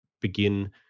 begin